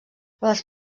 les